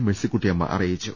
മേഴ്സിക്കുട്ടിയമ്മ അറിയിച്ചു